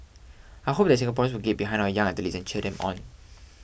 I hope that Singaporeans will get behind our young athletes and cheer them on